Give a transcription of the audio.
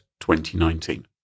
2019